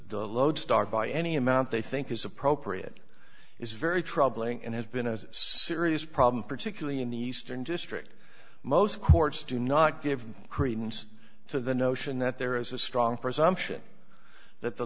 the lodestar by any amount they think is appropriate is very troubling and has been a serious problem particularly in the eastern district most courts do not give credence to the notion that there is a strong presumption that the